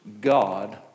God